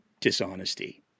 dishonesty